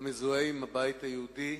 המזוהה עם הבית היהודי: